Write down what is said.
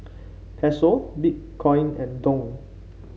Peso Bitcoin and Dong